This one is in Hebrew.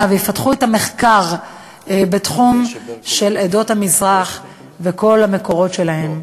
ויפַתחו את המחקר בתחום של עדות המזרח וכל המקורות שלהם.